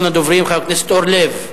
הצעות לסדר-היום מס' 4454,